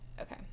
Okay